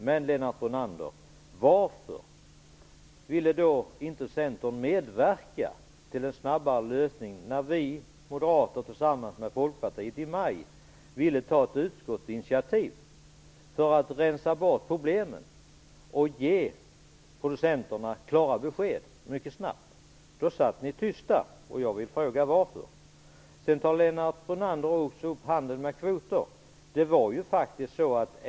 Men, Lennart Brunander, varför ville då inte Centern medverka till en snabbare lösning när vi moderater tillsammans med Folkpartiet i maj ville ta ett utskottsinitiativ för att rensa bort problemen och ge producenterna klara besked mycket snabbt? Då satt ni tysta, och jag vill fråga varför. Lennart Brunander tar också upp handeln med kvoter.